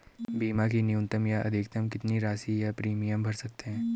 बीमा की न्यूनतम या अधिकतम कितनी राशि या प्रीमियम भर सकते हैं?